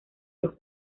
los